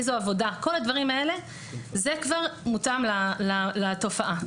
איזו עבודה זה כבר מותאם לתופעה,